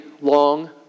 long